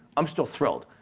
i'm still thrilled.